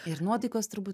nuotaikos turbūt